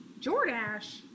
Jordash